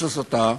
יש הסתה,